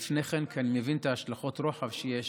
לפני כן, כי אני מבין את השלכות הרוחב שיש